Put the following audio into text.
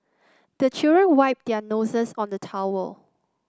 the children wipe their noses on the towel